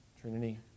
Trinity